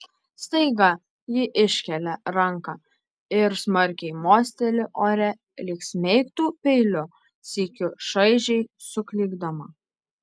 staiga ji iškelia ranką ir smarkiai mosteli ore lyg smeigtų peiliu sykiu šaižiai suklykdama